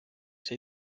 see